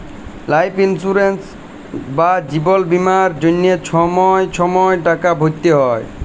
life insurance বা জিবল বীমার জ্যনহে ছময় ছময় টাকা ভ্যরতে হ্যয়